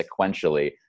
sequentially